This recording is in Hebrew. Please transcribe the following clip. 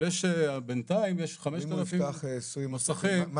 אבל יש בנתיים 5,000 מוסכים --- ואם הוא יפתח 20 מוסכים,